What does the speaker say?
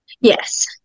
Yes